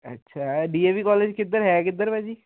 ਅੱਛਾ D A V college ਕਿੱਧਰ ਹੈ ਕਿੱਧਰ ਭਾਅ ਜੀ